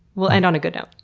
we'll end on a good note.